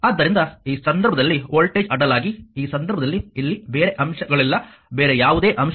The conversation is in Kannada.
ಆದ್ದರಿಂದ ಈ ಸಂದರ್ಭದಲ್ಲಿ ವೋಲ್ಟೇಜ್ ಅಡ್ಡಲಾಗಿ ಈ ಸಂದರ್ಭದಲ್ಲಿ ಇಲ್ಲಿ ಬೇರೆ ಅಂಶಗಳಿಲ್ಲ ಬೇರೆ ಯಾವುದೇ ಅಂಶಗಳಿಲ್ಲ